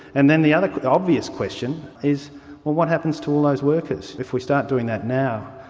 and then the other obvious question is what happens to all those workers? if we start doing that now,